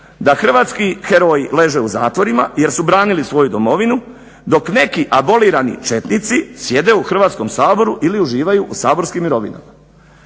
da hrvatski heroji leže u zatvorima jer su branili svoju domovinu, dok neki abolirani četnici sjede u Hrvatskom saboru ili uživaju u saborskim mirovinama.